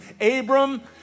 Abram